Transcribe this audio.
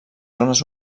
zones